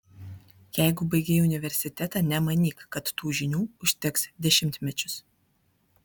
jeigu baigei universitetą nemanyk kad tų žinių užteks dešimtmečius